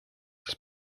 das